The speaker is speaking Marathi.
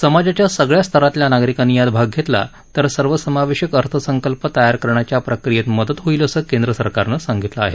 समाजाच्या सगळ्या स्तरांतल्या नागरिकांनी यात भाग घेतल्यास सर्वसमावेशक अर्थसंकल्प तयार करण्याच्या प्रक्रियेत मदत होईल असं केंद्र सरकारनं सांगितलं आहे